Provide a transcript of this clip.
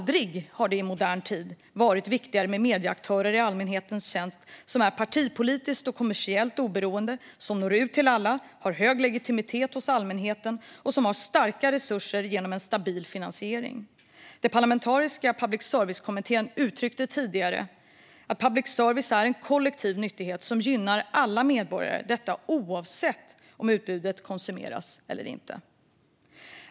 Det har aldrig i modern tid varit viktigare med medieaktörer i allmänhetens tjänst som är partipolitiskt och kommersiellt oberoende, som når ut till alla, som har hög legitimitet hos allmänheten och som har starka resurser genom en stabil finansiering. Parlamentariska public service-kommittén uttryckte tidigare att public service är en "kollektiv nyttighet som gynnar alla medborgare, oavsett om utbudet konsumeras eller inte".